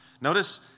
Notice